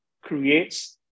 Creates